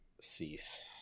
Cease